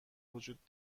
وجود